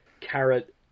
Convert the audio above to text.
carrot